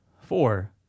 Four